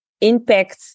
impact